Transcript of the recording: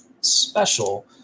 special